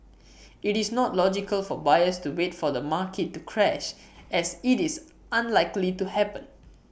IT is not logical for buyers to wait for the market to crash as IT is unlikely to happen